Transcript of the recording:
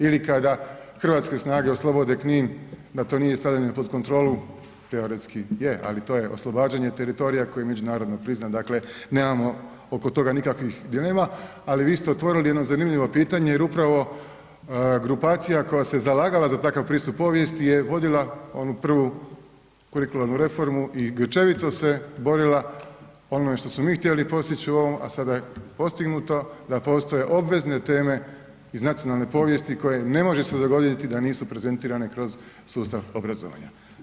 Ili kada hrvatske snage oslobode Knin da to nije stavljanje pod kontrolu teoretski je, ali to je oslobađanje teritorija koji je međunarodno priznat, dakle, nemamo oko toga nikakvih dilema, ali vi ste otvorili jedno zanimljivo pitanje jer upravo grupacija koja se zalagala za takav pristup povijesti je vodila onu prvu kurikularnu reformu i grčevito se borila o onome što smo mi htjeli postić u ovom, a sada je postignuto da postoje obvezne teme iz nacionalne povijesti koje ne može se dogoditi da nisu prezentirane kroz sustav obrazovanja.